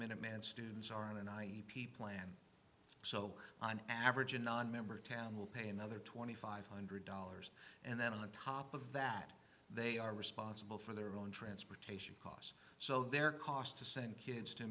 minuteman students are in and i e p plan so on average a nonmember town will pay another twenty five hundred dollars and then on top of that they are responsible for their own transportation costs so their cost to send kids to